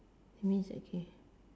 that means okay